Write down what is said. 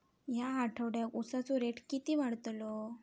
या आठवड्याक उसाचो रेट किती वाढतलो?